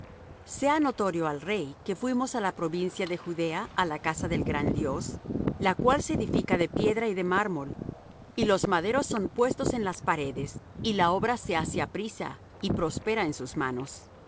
sea notorio al rey que fuimos á la provincia de judea á la casa del gran dios la cual se edifica de piedra de mármol y los maderos son puestos en las paredes y la obra se hace apriesa y prospera en sus manos